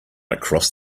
across